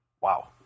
Wow